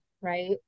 right